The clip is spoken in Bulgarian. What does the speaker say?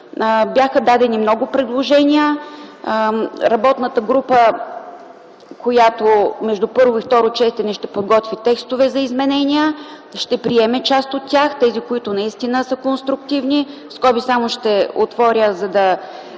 Бяха дадени много предложения. Работната група, която между първо и второ четене ще подготви текстове за изменения, ще приеме част от тях – тези, които наистина са конструктивни. Само ще отворя скоби,